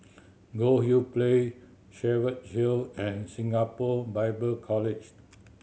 Goldhill Place Cheviot Hill and Singapore Bible College